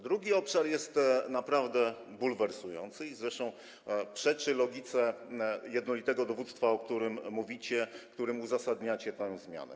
Drugi obszar jest naprawdę bulwersujący, zresztą przeczy logice jednolitego dowództwa, o czym mówicie, czym uzasadniacie tę zmianę.